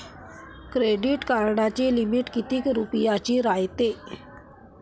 Credit कार्डाची limit कितीक रुपयाची रायते?